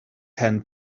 ten